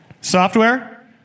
Software